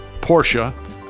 Porsche